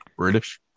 British